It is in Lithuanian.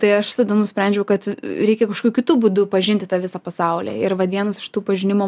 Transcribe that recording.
tai aš tada nusprendžiau kad reikia kažkokiu kitu būdu pažinti tą visą pasaulį ir vat vienas iš tų pažinimo